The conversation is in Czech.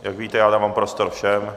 Jak víte, já dávám prostor všem.